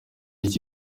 iki